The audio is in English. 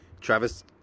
Travis